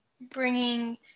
bringing